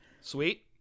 Sweet